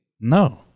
No